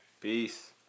Peace